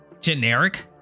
generic